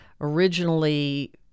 originally